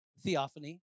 theophany